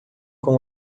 com